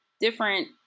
different